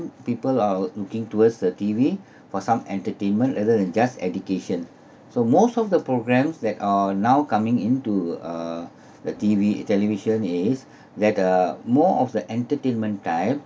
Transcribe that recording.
people are looking towards the T_V for some entertainment rather than just education so most of the programmes that are now coming into uh the T_V television is that uh more of the entertainment type